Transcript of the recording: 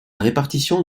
répartition